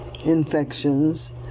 infections